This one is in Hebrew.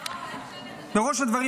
בראש הדברים,